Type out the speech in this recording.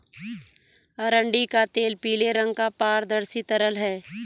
अरंडी का तेल पीले रंग का पारदर्शी तरल है